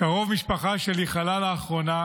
קרוב משפחה שלי חלה לאחרונה,